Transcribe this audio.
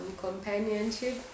companionship